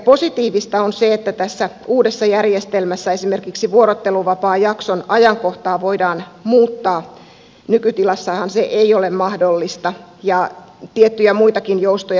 positiivista on se että tässä uudessa järjestelmässä esimerkiksi vuorotteluvapaajakson ajankohtaa voidaan muuttaa nykytilassahan se ei ole mahdollista ja on tiettyjä muitakin joustoja